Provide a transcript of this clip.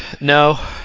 No